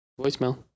Voicemail